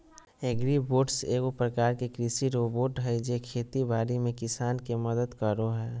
agribots एगो प्रकार के कृषि रोबोट हय जे खेती बाड़ी में किसान के मदद करो हय